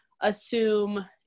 assume